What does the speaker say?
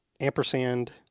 Ampersand